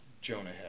Jonah